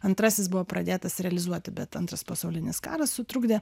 antrasis buvo pradėtas realizuoti bet antras pasaulinis karas sutrukdė